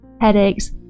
headaches